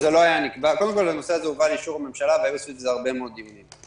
הנושא הזה הובא לאישור הממשלה והיו סביבו הרבה מאוד דיונים.